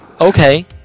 Okay